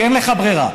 כי אין לך ברירה.